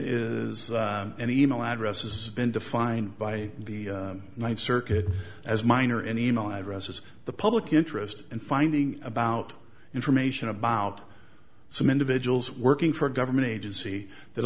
the e mail address is been defined by the ninth circuit as mine or any e mail address is the public interest in finding about information about some individuals working for a government agency that